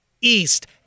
east